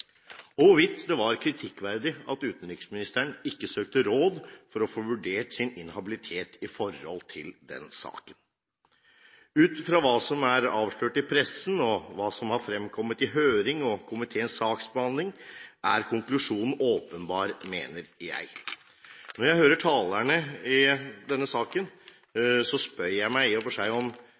om hvorvidt det var kritikkverdig at utenriksministeren ikke søkte råd for å få vurdert sin inhabilitet i forhold til den saken. Ut fra det som er avslørt i pressen, og det som er fremkommet gjennom høringen og komiteens saksbehandling, mener jeg at konklusjonen er åpenbar. Når jeg hører talerne i denne saken, spør jeg meg selv om representantene for regjeringspartiene har vært til stede i